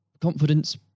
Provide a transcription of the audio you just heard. confidence